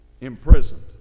imprisoned